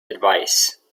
advice